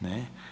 Ne.